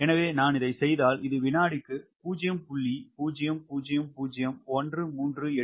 எனவே நான் இதைச் செய்தால் இது வினாடிக்கு 0